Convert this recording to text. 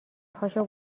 پاشو